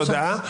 תודה.